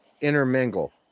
intermingle